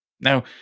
Now